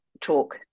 talk